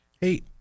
hey